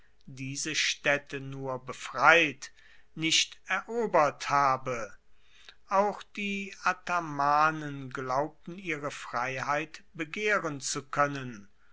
diese staedte nur befreit nicht erobert habe auch die athamanen glaubten ihre freiheit begehren zu koennen